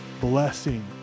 blessing